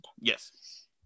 Yes